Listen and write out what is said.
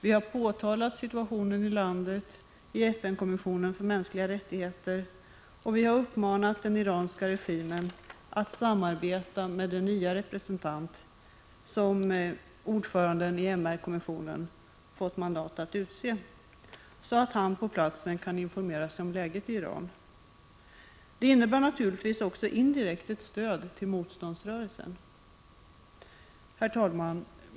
Vi har påtalat situationen i landet i FN-kommissionen för mänskliga rättigheter, och vi har uppmanat den iranska regimen att samarbeta med den nya representant som ordföranden i MR-kommissionen fått mandat att utse, så att han på platsen kan informera sig om läget i Iran. Detta innebär naturligtvis indirekt också ett stöd till motståndsrörelsen. Herr talman!